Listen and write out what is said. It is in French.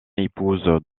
épouse